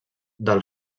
del